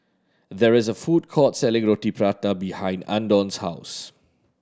there is a food court selling Roti Prata behind Andon's house